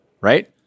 right